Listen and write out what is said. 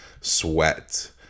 sweat